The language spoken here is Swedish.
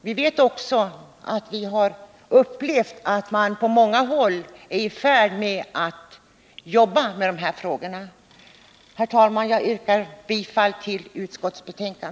Vi har upplevt att man på många håll är i färd med att jobba med de här frågorna. Herr talman! Jag yrkar bifall till utskottets hemställan.